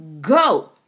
go